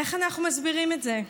איך אנחנו מסבירים את זה?